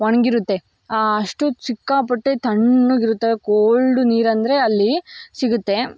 ಒಣಗಿರುತ್ತೆ ಅಷ್ಟು ಸಿಕ್ಕಾಪಟ್ಟೆ ತಣ್ಣಗಿರುತ್ತೆ ಕೋಲ್ಡು ನೀರು ಅಂದರೆ ಅಲ್ಲಿ ಸಿಗುತ್ತೆ